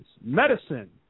Medicine